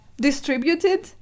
distributed